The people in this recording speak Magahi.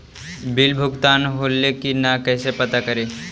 बिल भुगतान होले की न कैसे पता करी?